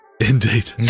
Indeed